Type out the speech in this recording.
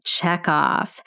checkoff